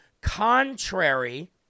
contrary